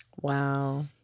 Wow